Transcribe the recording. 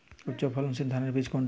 উচ্চ ফলনশীল ধানের বীজ কোনটি?